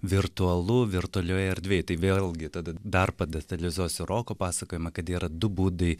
virtualu virtualioj erdvėj tai vėlgi tada dar padetalizuosiu roko pasakojamą kad yra du būdai